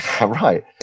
right